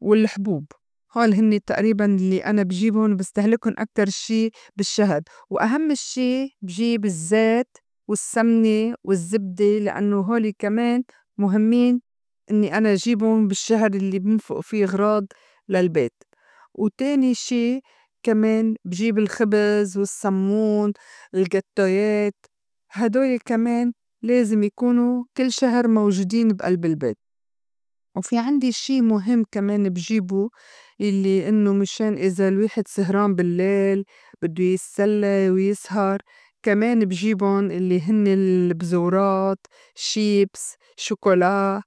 والحْبوب هول هنّي تقريباً لّي أنا بجيبٌ وبستهلكن أكتر شي بالشّهر. وأهمّ شي بجيب الزّيت، والسّمنة، والزّبدة، لإنّو هولي كمان مُهمّين إنّي أنا جيبُن بالشّهر الّي بنفق في أغراض للبيت. وتاني شي كمان بجيب الخبز، والسمّون، الغاتّويات، هيدول كمان لازم يكونه كل شهر موجودين بألب البيت. وفي عندي شي مُهِم كمان بجيبه يلّي إنّو مِشان إذا الواحد سهران باللّيل بدّو يتسلّى ويسهر كمان بجيبٌ الّي هنّي البزورات، شيبس، شوكولا،